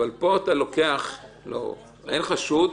אתה לא יכול פתאום לומר לו: לא, רגע.